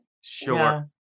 Sure